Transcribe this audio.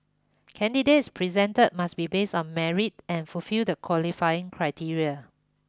candidates presented must be based on merit and fulfil the qualifying criteria